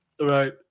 Right